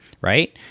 right